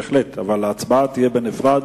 בהחלט, ההצבעה תהיה בנפרד,